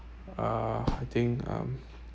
uh I think um